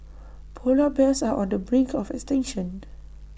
Polar Bears are on the brink of extinction